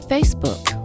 Facebook